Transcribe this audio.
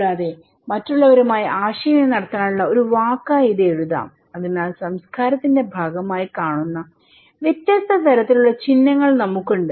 കൂടാതെ മറ്റുള്ളവരുമായി ആശയവിനിമയം നടത്താനുള്ള ഒരു വാക്കായി ഇത് എഴുതാം അതിനാൽ സംസ്കാരത്തിന്റെ ഭാഗമായി കാണുന്ന വ്യത്യസ്ത തരത്തിലുള്ള ചിഹ്നങ്ങൾ നമുക്കുണ്ട്